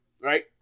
Right